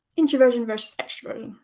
introversion versus extroversion.